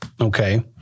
Okay